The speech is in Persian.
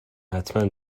حتما